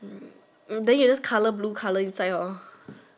then you use color blue color inside lor